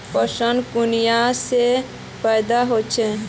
पोषण कुनियाँ से पैदा होचे?